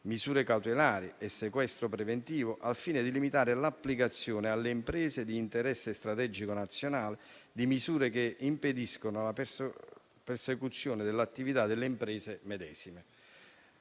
misure cautelari e sequestro preventivo, al fine di limitare l'applicazione alle imprese d'interesse strategico nazionale di misure che impediscono la prosecuzione della loro attività.